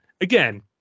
again